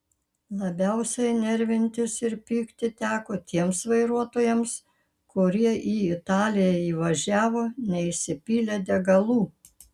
labiausiai nervintis ir pykti teko tiems vairuotojams kurie į italiją įvažiavo neįsipylę degalų